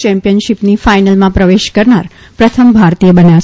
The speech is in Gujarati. ચેમ્પીયનશીપની ફાઇનલમાં પ્રવેશ કરનાર પ્રથમ ભારતીય બન્યા છે